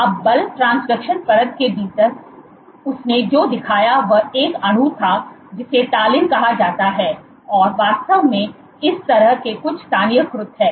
अब बल ट्रांसडक्शन परत के भीतर उसने जो दिखाया वह एक अणु था जिसे तालिन कहा जाता है जो वास्तव में इस तरह से कुछ स्थानीयकृत है